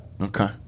Okay